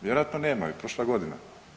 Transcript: Vjerojatno nema, prošla godina.